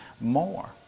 more